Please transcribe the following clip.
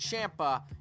Champa